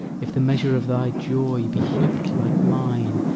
if the measure of thy joy be heap'd like mine,